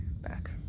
back